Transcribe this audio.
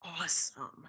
awesome